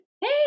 Hey